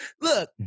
look